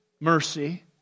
mercy